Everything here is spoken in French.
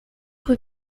rue